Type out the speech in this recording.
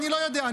אני לא יודע,